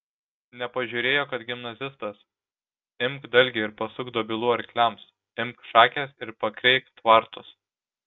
nepažiūrėjo kad gimnazistas imk dalgį ir pasuk dobilų arkliams imk šakes ir pakreik tvartus